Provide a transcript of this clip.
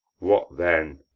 what then?